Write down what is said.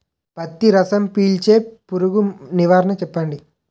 పత్తి రసం పీల్చే పురుగు నివారణ చెప్పండి?